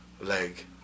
leg